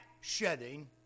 shedding